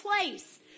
place